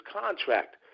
contract